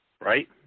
right